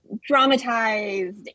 dramatized